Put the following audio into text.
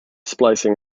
splicing